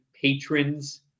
patrons